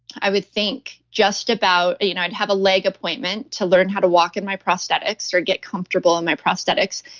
i would think just about, you know i'd have a leg appointment to learn how to walk in my prosthetics or get comfortable in my prosthetics,